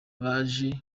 banje